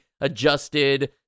adjusted